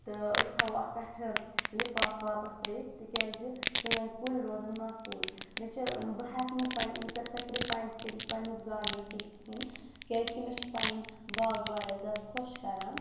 تہٕ أسۍ تھاووٚ اَتھ پٮ۪ٹھٕ لِفاف واپَس ترٛٲیِتھ تِکیازِ سٲنۍ کُلۍ روزَن محفوٗظ مےٚ چھِ بہٕ ہٮ۪کہٕ نہٕ پَن ییٖژاہ سٮ۪کرِفایِس کٔرِتھ پَنٛنِس گاڑنَس سۭتۍ کِہینۍ کیازِکہ مےٚ چھِ پَنُن باغ واریاہ زیادٕ خۄش کَران